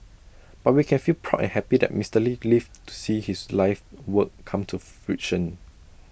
but we can feel proud and happy that Mister lee lived to see his life's work come to fruition